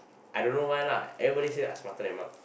I don't know why lah everybody say I smarter than Mark